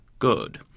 good